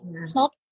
small